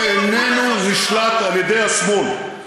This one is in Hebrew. שאיננו נשלט על-ידי השמאל.